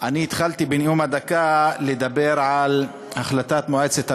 אני התחלתי בנאום הדקה לדבר על החלטת מועצת הביטחון.